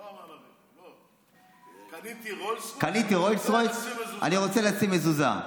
לא, קניתי רולס רויס, אני רוצה לשים מזוזה.